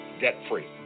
debt-free